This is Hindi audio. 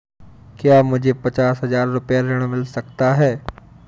क्या मुझे पचास हजार रूपए ऋण मिल सकता है?